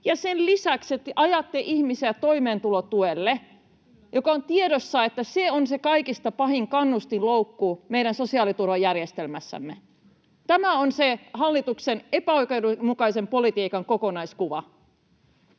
Sen lisäksi te ajatte ihmisiä toimeentulotuelle, vaikka on tiedossa, että se on se kaikista pahin kannustinloukku meidän sosiaaliturvajärjestelmässämme. Tämä on se hallituksen epäoikeudenmukaisen politiikan kokonaiskuva.